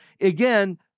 again